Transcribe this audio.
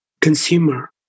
consumer